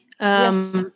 Yes